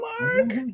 mark